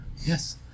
Yes